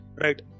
right